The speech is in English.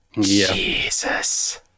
Jesus